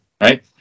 Right